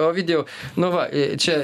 ovidijau nu va čia